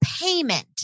payment